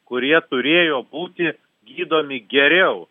kurie turėjo būti gydomi geriau